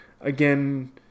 again